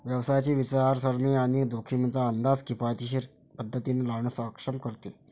व्यवसायाची विचारसरणी आणि जोखमींचा अंदाज किफायतशीर पद्धतीने लावण्यास सक्षम करते